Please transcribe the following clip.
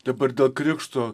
dabar dėl krikšto